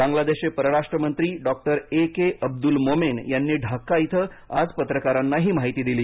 बांगलादेशचे परराष्ट्रमंत्री doctor A K Abdul Momen यांनी ढाका इथं आज पत्रकारांना ही माहिती दिली